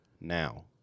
now